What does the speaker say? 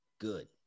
good